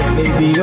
baby